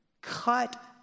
Cut